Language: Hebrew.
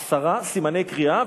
עשרה סימני קריאה,